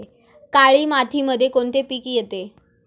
काळी मातीमध्ये कोणते पिके येते?